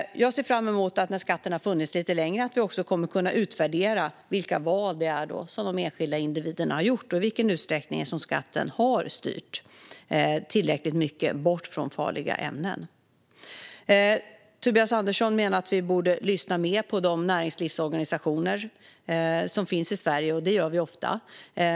Jag ser fram emot att vi när skatten har funnits lite längre kommer att kunna utvärdera vilka val de enskilda individerna har gjort och i vilken utsträckning skatten har styrt tillräckligt mycket bort från farliga ämnen. Tobias Andersson menar att vi borde lyssna mer på de näringslivsorganisationer som finns i Sverige. Det gör vi ofta.